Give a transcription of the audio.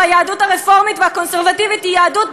והיהדות הרפורמית והקונסרבטיבית היא יהדות,